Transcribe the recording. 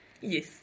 Yes